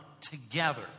together